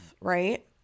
right